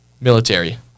military